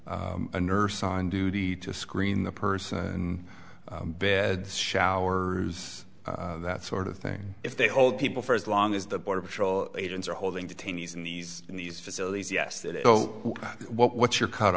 a nurse on duty to screen the person beds showers that sort of thing if they hold people for as long as the border patrol agents are holding detainees in these in these facilities yes that is what you're cut